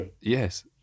yes